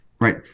Right